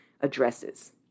addresses